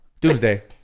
doomsday